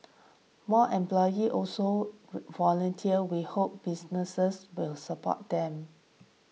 more employees also volunteer we hope businesses will support them